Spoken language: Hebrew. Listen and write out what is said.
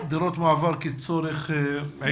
אז את מזהה דירות מעבר כצורך עיקרי.